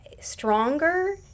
stronger